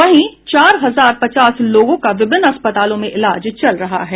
वहीं चार हजार पचास लोगों का विभिन्न अस्पतालों में इलाज चल रहा है